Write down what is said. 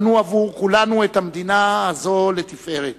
בנו עבור כולנו את המדינה הזו לתפארת.